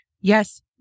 yes